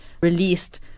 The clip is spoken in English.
released